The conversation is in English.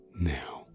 now